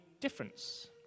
difference